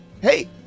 Hey